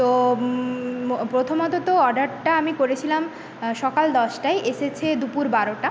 তো প্রথমত তো অর্ডারটা আমি করেছিলাম সকাল দশটায় এসেছে দুপুর বারোটা